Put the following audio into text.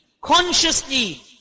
consciously